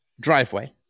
driveway